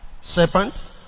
serpent